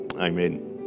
Amen